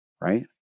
right